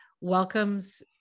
welcomes